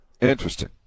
Interesting